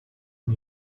and